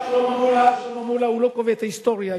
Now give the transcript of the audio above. שלמה מולה לא קובע את ההיסטוריה.